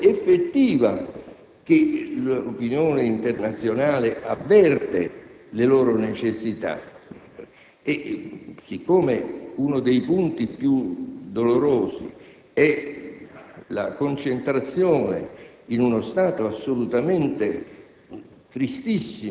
sensazione effettiva che l'opinione internazionale avverte le loro necessità; in secondo luogo, poiché uno dei punti più dolorosi è la concentrazione, in uno stato assolutamente